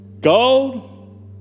Gold